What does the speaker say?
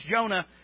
Jonah